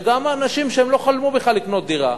וגם אנשים שלא חלמו בכלל לקנות דירה,